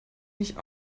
nicht